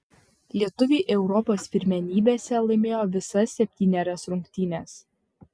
lietuviai europos pirmenybėse laimėjo visas septynerias rungtynes